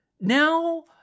Now